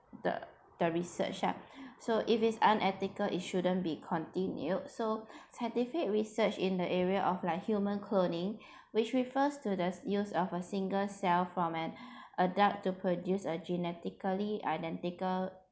the the research lah so if it's unethical it shouldn't be continued so scientific research in the area of like human cloning which refers to the use of a single cell format adapt to produce a genetically identical